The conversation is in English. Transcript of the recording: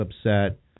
upset